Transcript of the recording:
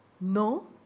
no